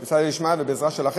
בעזרת השם,